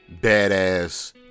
badass